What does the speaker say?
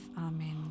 Amen